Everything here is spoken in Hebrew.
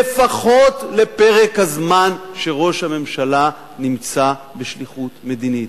לפחות לפרק הזמן שראש הממשלה נמצא בשליחות מדינית.